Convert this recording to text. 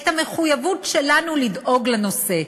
את המחויבות שלנו לדאוג לנושא.